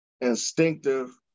instinctive